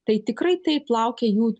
tai tikrai taip laukia jų